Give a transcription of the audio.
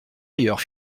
ailleurs